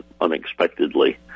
unexpectedly